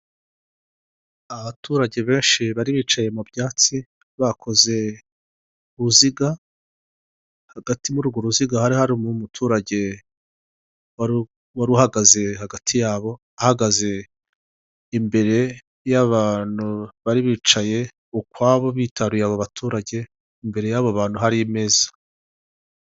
Abaturage benshi bari bicaye mu byatsi bakoze uruziga, hagati muri urwo ruziga hari hari umuturage wa uhagaze hagati yabo, ahagaze imbere y'abantu bari bicaye ukwabo, bitaruye abo baturage imbere y'abo bantu hari imeza.